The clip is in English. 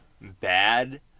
bad